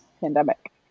pandemic